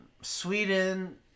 Sweden